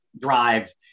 drive